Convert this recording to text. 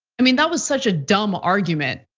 i mean that was such a dumb argument,